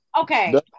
okay